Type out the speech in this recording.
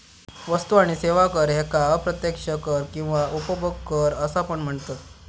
वस्तू आणि सेवा कर ह्येका अप्रत्यक्ष कर किंवा उपभोग कर असा पण म्हनतत